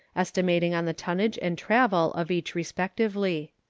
estimating on the tonnage and travel of each respectively.